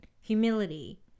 humility